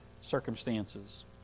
circumstances